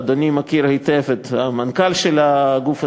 אדוני מכיר היטב את המנכ"ל של הגוף הזה,